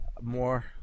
More